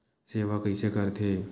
सेवा कइसे करथे?